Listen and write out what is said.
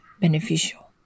beneficial